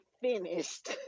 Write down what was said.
finished